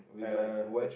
uh